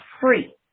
free